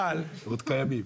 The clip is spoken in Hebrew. הם עוד קיימים,